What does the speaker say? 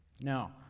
Now